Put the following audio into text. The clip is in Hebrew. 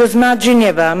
יוזמת ז'נבה,